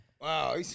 wow